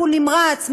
טיפול נמרץ,